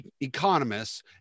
economists